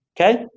Okay